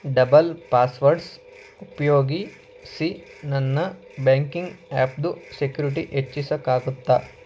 double passwords ಉಪಯೋಗಿಸಿ ನನ್ನ banking ಆ್ಯಪ್ದು ಸೆಕ್ಯುರಿಟಿ ಹೆಚ್ಚಿಸಕ್ಕಾಗುತ್ತಾ